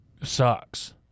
sucks